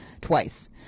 twice